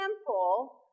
temple